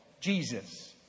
Jesus